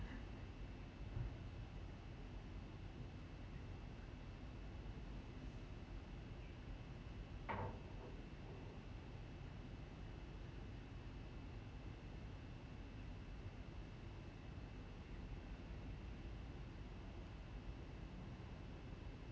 oh